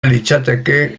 litzateke